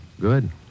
Good